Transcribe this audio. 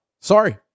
Sorry